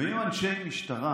ועם אנשי משטרה